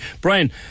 Brian